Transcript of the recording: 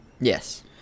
Yes